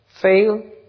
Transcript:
fail